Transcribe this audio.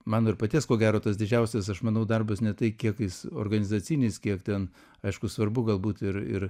mano ir paties ko gero tas didžiausias aš manau darbas ne tai kiek jis organizacinis kiek ten aišku svarbu galbūt ir ir